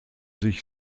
sich